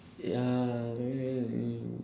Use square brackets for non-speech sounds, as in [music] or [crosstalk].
ya okay okay [noise]